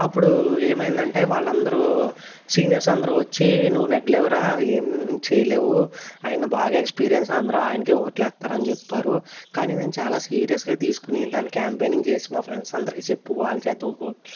అప్పుడు ఏమైందంటే వాళ్ళందరూ సీనియర్స్ అందరూ వచ్చి నువు నెగ్గలేవురా ఏం చేయలేవు ఆయన బాగా ఎక్స్పీరియన్స్ అందరూ ఆయనకే ఓట్లు వేస్తారు అని చెప్పారు కానీ నేను చాలా సీరియస్గా తీసుకుని దాని కాంపైనింగ్ చేసి మా ఫ్రెండ్స్ అందరికీ చెప్పి వాళ్ళ చేత ఓట్లు